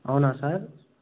అవునా సార్